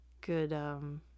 good